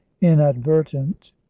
inadvertent